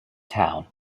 town